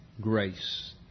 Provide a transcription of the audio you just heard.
grace